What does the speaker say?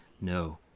no